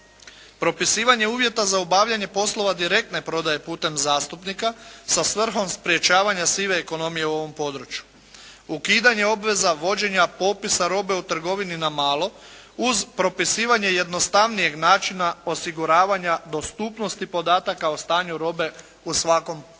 Propisivanje uvjeta za obavljanje poslova direktne prodaje putem zastupnika sa svrhom sprječavanja sive ekonomije u ovom području. Ukidanje obveza vođenja popisa robe u trgovini na malo, uz propisivanje jednostavnijeg načina osiguravanja dostupnosti podataka o stanju robe u svakom prodajnom